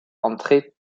entrer